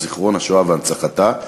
הוא זיכרון השואה והנצחתה,